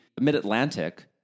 mid-Atlantic